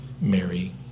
Mary